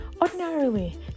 ordinarily